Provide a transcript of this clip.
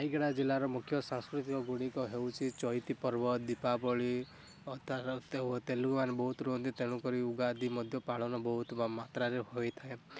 ରାୟଗଡ଼ା ଜିଲ୍ଲାର ମୁଖ୍ୟ ସାଂସ୍କୃତିକ ଗୁଡ଼ିକ ହେଉଛି ଚଇତି ପର୍ବ ଦିପାବଳୀ ଅତ୍ୟାରକ୍ତ ଓ ତେଲେଗୁ ମାନେ ବହୁତ ରୁହନ୍ତି ତେଣୁକରି ଉଗାଦୀ ମଧ୍ୟ ପାଳନ ବହୁତ ମାତ୍ରାରେ ହୋଇଥାଏ